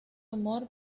humor